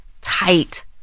tight